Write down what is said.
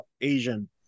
asian